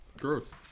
gross